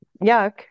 yuck